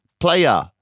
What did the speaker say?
Player